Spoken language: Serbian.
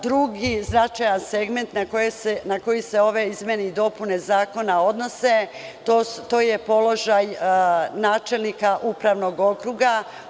Drugi značajan segment na koji se ove izmene i dopune zakona odnose, to je položaj načelnika upravnog okruga.